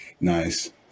Nice